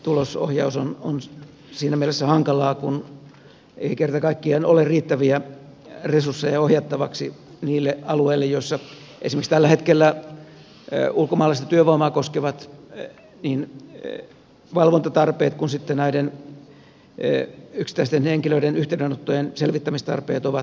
tulosohjaus on siinä mielessä hankalaa kun ei kerta kaikkiaan ole riittäviä resursseja ohjattavaksi niille alueille joilla esimerkiksi tällä hetkellä niin ulkomaalaista työvoimaa koskevat valvontatarpeet kuin sitten näiden yksittäisten henkilöiden yhteydenottojen selvittämistarpeet ovat suurimmat